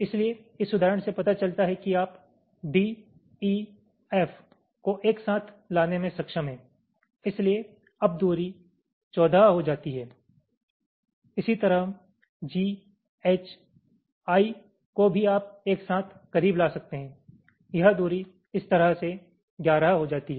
इसलिए इस उदाहरण से पता चलता है कि आप D E F को एक साथ लाने में सक्षम हैं इसलिए अब दूरी 14 हो जाती है इसी तरह G H I को भी आप एक साथ करीब ला सकते हैं यह दूरी इस तरह से 11 हो जाती है